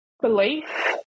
Belief